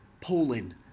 Poland